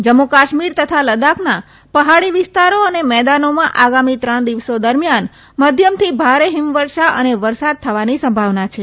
જમ્મુ કાશ્મીર તથા લદાખના પહાડી વિસ્તારો અને મેદાનોમાં આગામી ત્રણ દિવસો દરમ્યાન મધ્યમથી ભારે હિમવર્ષા અને વરસાદ થવાની સંભાવના છે